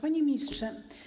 Panie Ministrze!